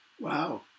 Wow